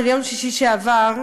של יום שישי שעבר,